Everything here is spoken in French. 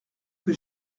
que